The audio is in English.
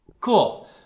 Cool